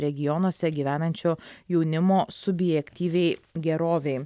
regionuose gyvenančio jaunimo subjektyviai gerovei